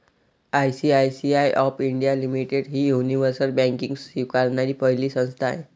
ICICI of India limited ही universal banking स्वीकारणारी पहिली संस्था आहे